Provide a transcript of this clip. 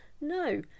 No